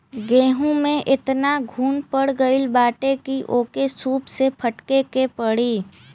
गेंहू में एतना घुन पड़ गईल बाटे की ओके सूप से फटके के पड़ी